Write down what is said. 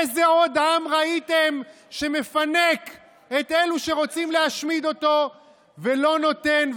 איזה עוד עם ראיתם שמפנק את אלו שרוצים להשמיד אותו ולא נותן,